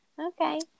Okay